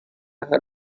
her